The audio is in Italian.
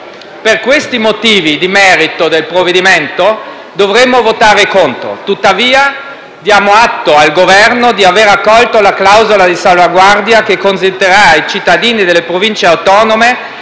Per questi motivi di merito del provvedimento, dovremmo votare contro. Tuttavia, diamo atto al Governo di aver accolto la clausola di salvaguardia che consentirà ai cittadini delle Province autonome